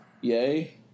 yay